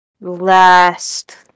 last